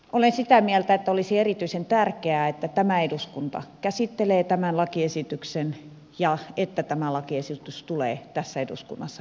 olen sitä mieltä että olisi erityisen tärkeää että tämä eduskunta käsittelee tämän lakiesityksen ja että tämä lakiesitys tulee tässä eduskunnassa hyväksytyksi